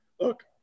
Look